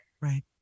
Right